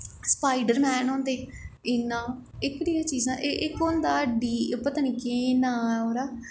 Spider-Man होंदे इ'यां एह्कड़ियां चीज़ां इक होंदा डी पता निं केह् नांऽ ऐ ओह्दा